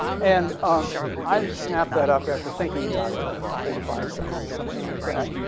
and i snapped that up after thinking about it for four or five seconds, something like that.